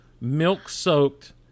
milk-soaked